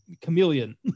chameleon